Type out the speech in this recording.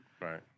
Right